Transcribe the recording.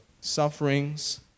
sufferings